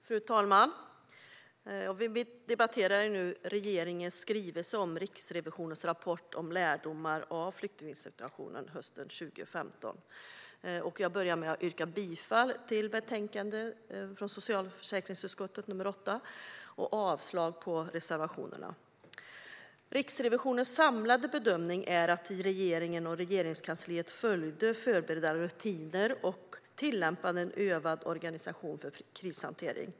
Fru talman! Vi debatterar nu regeringens skrivelse om Riksrevisionens rapport Lärdomar av flyktingsituationen hösten 2015 - beredskap och hantering . Jag börjar med att yrka bifall till förslaget i socialförsäkringsutskottets betänkande 8 och avslag på reservationerna. Riksrevisionens samlade bedömning är att regeringen och Regeringskansliet följde förberedda rutiner och att de tillämpade en övad organisation för krishantering.